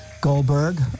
Goldberg